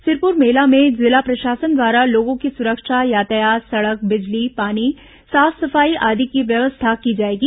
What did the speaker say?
सिरपुर मेला में जिला प्रशासन द्वारा लोगों की सुरक्षा यातायात सड़क बिजली पानी साफ सफाई आदि की व्यवस्था की जाएगी